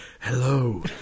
Hello